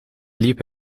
liep